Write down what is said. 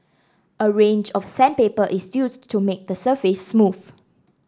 a range of sandpaper is still to make the surface smooth